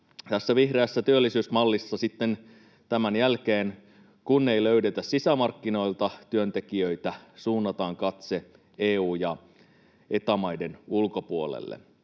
Tässä vihreässä työllisyysmallissa sitten tämän jälkeen, kun ei löydetä sisämarkkinoilta työntekijöitä, suunnataan katse EU- ja Eta-maiden ulkopuolelle.